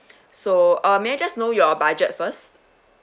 so uh may I just know your budget first